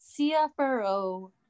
CFRO